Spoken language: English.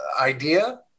idea